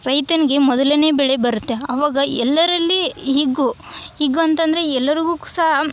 ರೈತನ್ಗೆ ಮೊದಲನೆ ಬೆಳೆ ಬರುತ್ತೆ ಆವಾಗ ಎಲ್ಲರಲ್ಲಿ ಹಿಗ್ಗು ಹಿಗ್ಗು ಅಂತಂದರೆ ಎಲ್ಲರಿಗು ಸಹ